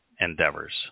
endeavors